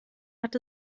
hat